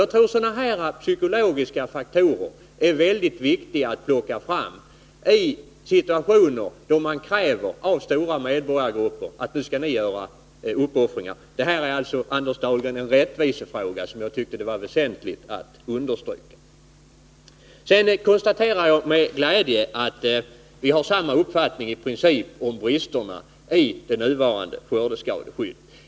Jag tror att sådana psykologiska faktorer är mycket viktiga att plocka fram i situationer då det krävs av stora medborgargrupper att de skall göra uppoffringar. Det här är alltså, Anders Dahlgren, en rättvisefråga, och det tyckte jag var väsentligt att understryka. Sedan konstaterar jag med glädje att vi har samma uppfattning i princip om bristerna i det nuvarande skördeskadeskyddet.